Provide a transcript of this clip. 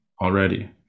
already